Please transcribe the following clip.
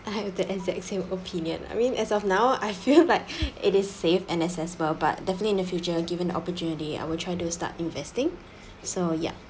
I have the exact same opinion I mean as of now I feel like it is safe and accessible but definitely in the future given opportunity I will try to start investing so ya